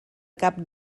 cap